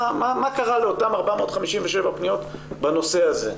מה קרה לאותן 457 פניות בנושא הזה.